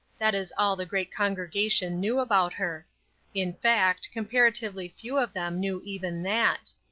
that is all the great congregation knew about her in fact, comparatively few of them knew even that.